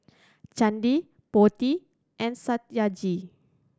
Chandi Potti and Satyajit